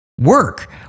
work